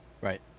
Right